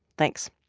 thanks